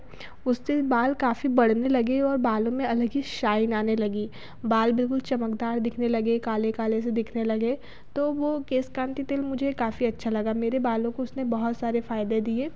उससे बाल काफ़ी बढ़ने लगे और बालो में अलग ही शाइन आने लगी बाल बिल्कुल चमकदार दिखने लगे काले काले से दिखने लगे तो वह केश कांति तेल मुझे काफ़ी अच्छा लगा मेरे बालों को उसने बहुत सारे फ़ायदे दिए